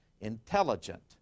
intelligent